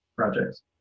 projects